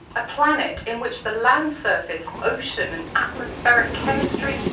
a planet in which the land surface, ocean and atmospheric chemistry,